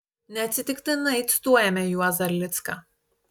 neatsitiktinai cituojame juozą erlicką